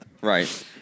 Right